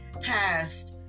past